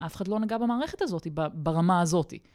אף אחד לא נגע במערכת הזאתי, ברמה הזאתי.